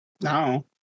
No